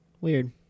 Weird